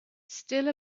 still